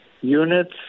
units